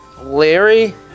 Larry